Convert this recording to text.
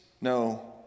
no